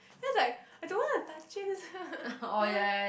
just like I don't want to touchy this ya